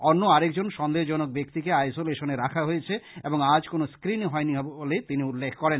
অন্য আরেকজন সন্দেহজনক ব্যাক্তিকে আইসোলেশনে রাখা হয়েছে এবং আজ কোনো শ্রিনিং হয়নি বলে তিনি উল্লেখ করেন